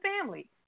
family